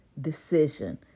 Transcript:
decision